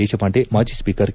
ದೇಶಪಾಂಡೆ ಮಾಜಿ speaker K